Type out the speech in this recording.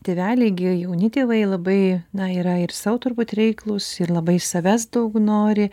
tėveliai gi jauni tėvai labai na yra ir sau turbūt reiklūs ir labai savęs daug nori